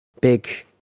big